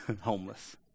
Homeless